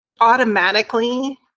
automatically